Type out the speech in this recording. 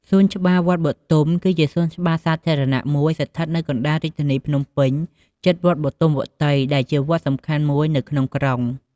សួនច្បារវត្តបុទុម គឺជាសួនច្បារសាធារណៈមួយស្ថិតនៅកណ្តាលរាជធានីភ្នំពេញ ជិតវត្តបុទុមវត្តី ដែលជាវត្តសំខាន់មួយនៅក្នុងក្រុង។